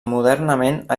modernament